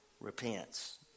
repents